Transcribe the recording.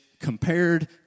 compared